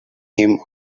him